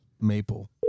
maple